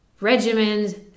regimens